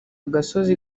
agasozi